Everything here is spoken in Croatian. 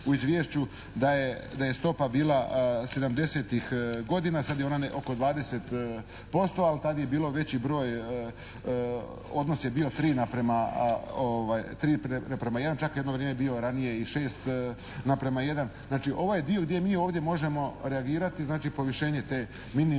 da je stopa bila 70-tih godina, sada je ona oko 20% ali tada je bilo veći broj, odnos je bio 3:1, čak je jedno vrijeme bio ranije i 6:1. Znači ovaj dio gdje mi možemo reagirati, znači povišenje te minimalne